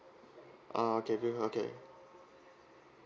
ah okay K okay